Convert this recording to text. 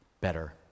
better